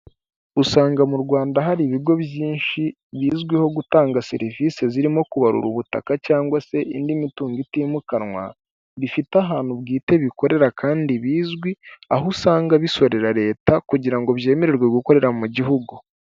Usanga mu Rwanda hari ibigo byinshi bizwiho gutanga serivisi zirimo kubarura ubutaka cyangwa se indi mitungo itimukanwa, bifite ahantu bwite bikorera kandi bizwi, aho usanga bisorera leta, kugira ngo byemererwe gukorera mu gihugu.